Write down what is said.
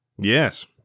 Yes